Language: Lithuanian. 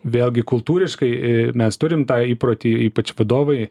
vėlgi kultūriškai mes turime tą įprotį ypač vadovai